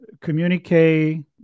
communicate